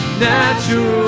that you